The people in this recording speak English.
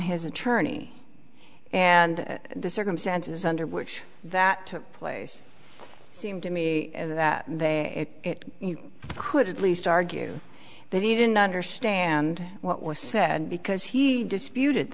his attorney and the circumstances under which that took place seemed to me that they could at least argue that he didn't understand what was said because he disputed